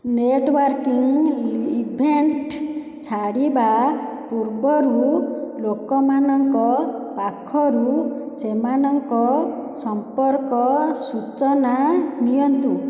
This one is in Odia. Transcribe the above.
ନେଟ୍ଓ୍ୱର୍କିଂ ଇଭେଣ୍ଟ ଛାଡ଼ିବା ପୂର୍ବରୁ ଲୋକମାନଙ୍କ ପାଖରୁ ସେମାନଙ୍କ ସଂପର୍କ ସୂଚନା ନିଅନ୍ତୁ